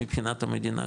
מבחינת המדינה,